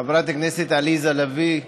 חברת הכנסת עליזה לביא,